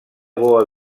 boa